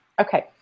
Okay